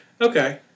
Okay